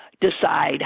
decide